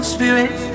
Spirit